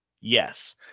Yes